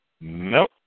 Nope